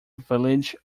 village